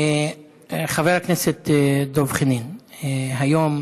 חבר הכנסת דב חנין, היום